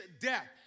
death